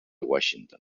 washington